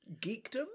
geekdom